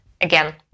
again